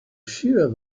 shear